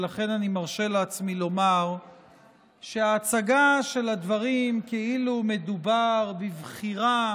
ולכן אני מרשה לעצמי לומר שההצגה של הדברים כאילו מדובר בבחירה